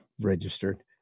registered